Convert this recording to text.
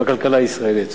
בכלכלה הישראלית.